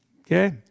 Okay